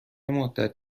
مدت